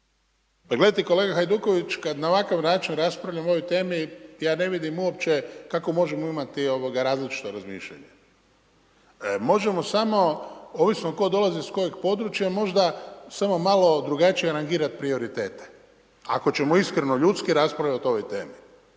Pa gledajte kolega Hajduković, kada na ovakav način raspravljamo o ovoj temi, ja ne vidim uopće kako možemo imati različito razmišljanje. Možemo samo ovisno tko dolazi iz kojeg područja, možda samo malo drugačije rangirati prioritete. Ako ćemo iskreno ljudski raspravljati o ovoj temi,